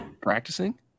practicing